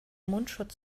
mundschutz